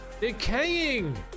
Decaying